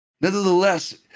Nevertheless